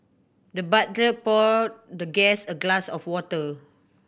the butler poured the guest a glass of water